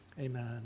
amen